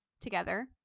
together